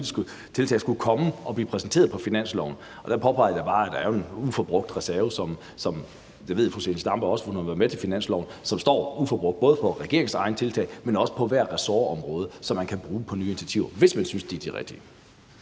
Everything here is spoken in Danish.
alle politiske tiltag skulle komme og blive præsenteret på finansloven. Og der påpegede jeg jo bare, at der er en reserve – og det ved fru Zenia Stampe også, for hun har jo været med til finanslove – som står uforbrugt, både til regeringens egne tiltag, men også på hvert ressortområde, som man kan bruge på nye initiativer, hvis man synes, de er de rigtige.